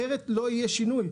אחרת לא יהיה שינוי,